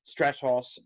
Stratos